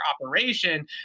operation